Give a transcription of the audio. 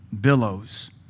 billows